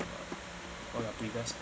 for your previous